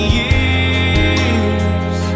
years